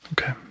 Okay